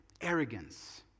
arrogance